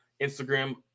Instagram